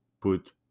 put